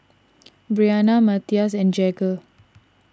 Bryanna Mathias and Jagger